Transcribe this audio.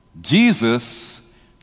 Jesus